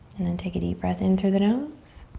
and then take a deep breath in through the nose